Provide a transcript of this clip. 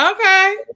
okay